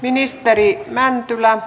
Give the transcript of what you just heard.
arvoisa puhemies